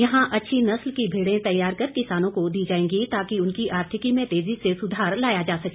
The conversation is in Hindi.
यहां अच्छी नस्ल की भेडें तैयार कर किसानों को दी जाएगी ताकि उनकी आर्थिकी में तेजी से सुधार लाया जा सके